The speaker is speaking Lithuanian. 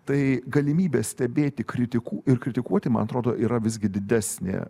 tai galimybė stebėti kritiku ir kritikuoti man atrodo yra visgi didesnė